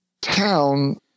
town